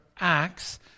acts